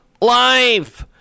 life